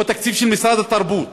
או התקציב של משרד התרבות.